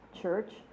church